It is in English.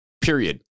period